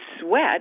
sweat